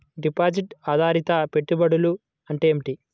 Deposit ఆధారిత పెట్టుబడులు అంటే ఏమిటి?